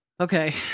Okay